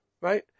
right